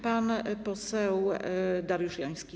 Pan poseł Dariusz Joński.